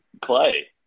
Clay